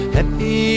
Happy